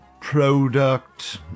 product